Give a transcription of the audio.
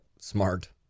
Smart